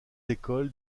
écoles